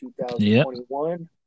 2021